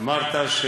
אמרת: